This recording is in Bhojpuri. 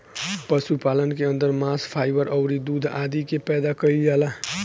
पशुपालन के अंदर मांस, फाइबर अउरी दूध आदि के पैदा कईल जाला